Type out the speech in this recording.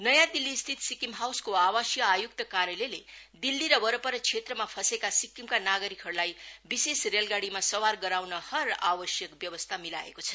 नयाँ दिल्लीस्थित सिक्किम हाउसको आवासीय आयुक्त कार्यालयले दिल्ली र वरपर क्षेत्रमा फँसेका सिक्किमका नागरिकहरूलाई विशेष रेलगाडीमा सवार गराउन हर आवश्यक व्यवस्था मिलाएको छ